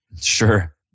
Sure